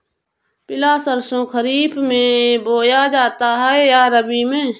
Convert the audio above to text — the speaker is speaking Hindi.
पिला सरसो खरीफ में बोया जाता है या रबी में?